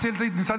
יש מיונים.